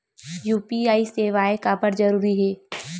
UPI सेवाएं काबर जरूरी हे?